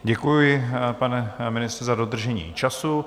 Děkuji, pane ministře, za dodržení času.